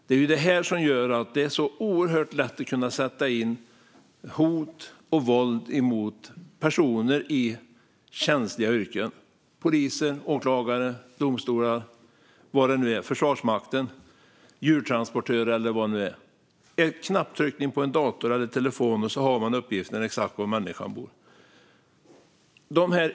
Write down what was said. Det är det här som gör det så oerhört lätt att sätta in hot och våld mot personer i känsliga yrken - poliser, åklagare och annan domstolspersonal, anställda i Försvarsmakten, djurtransportörer eller vad det nu är. En knapptryckning på en dator eller telefon, och man har uppgiften om exakt var människan bor.